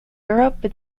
europe